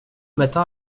matin